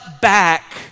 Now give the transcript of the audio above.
back